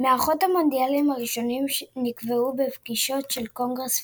מארחות המונדיאלים הראשונים נקבעו בפגישות של קונגרס פיפ"א.